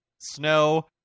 snow